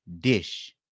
dish